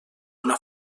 una